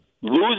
lose